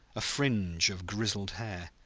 a fringe of grizzled hair,